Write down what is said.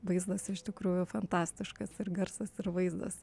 vaizdas iš tikrųjų fantastiškas ir garsas ir vaizdas